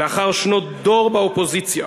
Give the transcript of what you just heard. לאחר שנות דור באופוזיציה